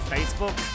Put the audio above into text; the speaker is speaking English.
Facebook